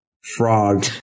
frog